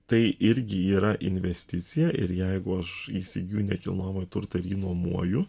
tai irgi yra investicija ir jeigu aš įsigyju nekilnojamąjį turtą ir jį nuomoju